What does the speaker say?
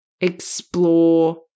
explore